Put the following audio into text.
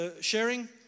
sharing